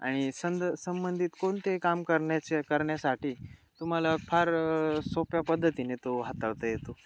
आणि संद संबंधित कोणते काम करण्याचे करण्यासाठी तुम्हाला फार सोप्या पद्धतीने तो हाताळता येतो